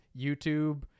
YouTube